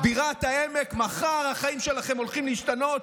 בירת העמק, מחר החיים שלכם הולכים להשתנות.